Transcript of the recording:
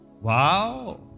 Wow